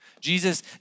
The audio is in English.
Jesus